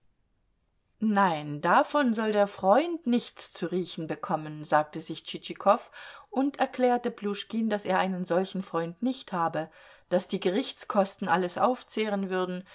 nein davon soll der freund nichts zu riechen bekommen sagte sich tschitschikow und erklärte pljuschkin daß er einen solchen freund nicht habe daß die gerichtskosten alles aufzehren würden